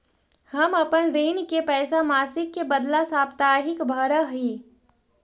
हम अपन ऋण के पैसा मासिक के बदला साप्ताहिक भरअ ही